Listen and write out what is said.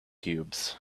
cubes